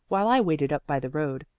while i waited up by the road.